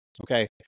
Okay